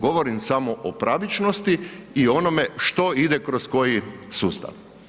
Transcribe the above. Govorim samo o pravičnosti i onome što ide kroz koji sustav.